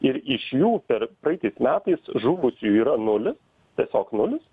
ir iš jų per praeitais metais žuvusiųjų yra nulis tiesiog nulis